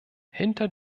hinter